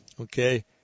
okay